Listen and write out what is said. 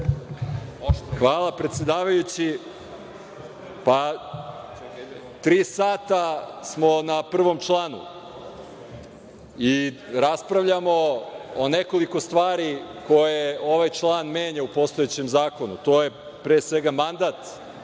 Hvala predsedavajući. Tri sata smo na prvom članu i raspravljamo o nekoliko stvari koje ovaj član menja u postojećem zakonu, to je pre svega mandat